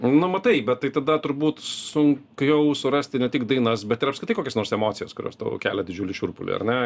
na matai bet tai tada turbūt sunkiau surasti ne tik dainas bet ir apskritai kokias nors emocijas kurios tau kelia didžiulį šiurpulį ar ne